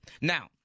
Now